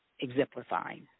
exemplifying